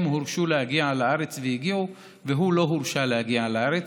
הם הורשו להגיע לארץ והגיעו והוא לא הורשה להגיע לארץ.